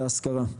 להשכרה.